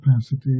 capacity